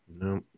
No